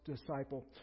disciple